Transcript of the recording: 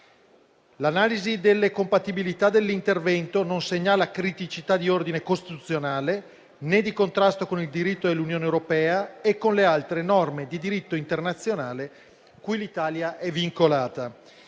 L'analisi delle compatibilità dell'intervento non segnala criticità di ordine costituzionale, né di contrasto con il diritto dell'Unione europea e con le altre norme di diritto internazionale cui l'Italia è vincolata.